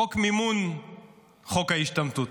חוק מימון חוק ההשתמטות.